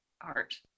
art